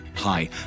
Hi